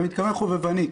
אתה מתכוון חובבנית.